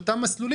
את אותם מסלולים,